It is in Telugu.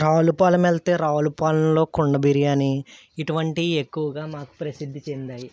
రావులపాలం వెళితే రావులపాలెంలో కుండ బిర్యానీ ఇటువంటివి ఎక్కువగా మాకు ప్రసిద్ధి చెందాయి